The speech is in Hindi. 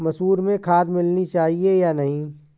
मसूर में खाद मिलनी चाहिए या नहीं?